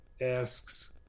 asks